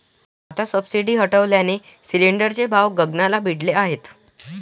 आता सबसिडी हटवल्याने सिलिंडरचे भाव गगनाला भिडले आहेत